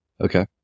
Okay